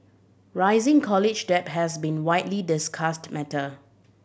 rising college debt has been widely discussed matter